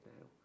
now